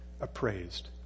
appraised